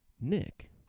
Nick